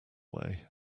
way